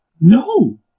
No